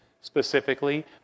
specifically